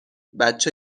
بچه